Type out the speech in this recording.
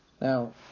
Now